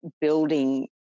building